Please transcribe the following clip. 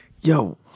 yo